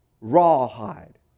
Rawhide